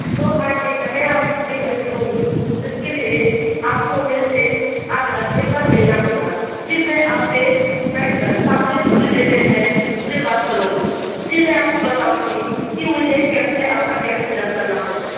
तो हाँ ठीक है मैं आपकी पूरी हेल्प करूँगी इसके लिए आपको मेरे से आकर एक बार मिलना होगा फिर मैं आपसे बैठकर सामने पूरी डिटेल में पूरे बात करूँगी फिर मैं आपको बताऊँगी कि मुझे कैसे आपका केस हैंडल करना होगा